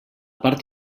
part